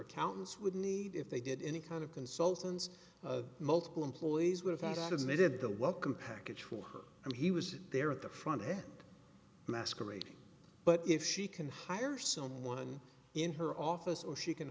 accountants would need if they did any kind of consultants of multiple employees would have had as they did the welcome package for her and he was there at the front end masquerading but if she can hire someone in her office or she can